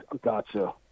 Gotcha